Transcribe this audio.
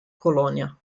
colonia